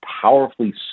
powerfully